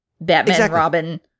Batman-Robin